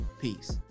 peace